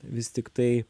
vis tiktai